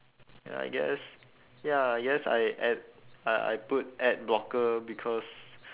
ya I guess ya I guess I ad~ I I put adblocker because